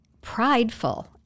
prideful